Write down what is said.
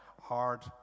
hard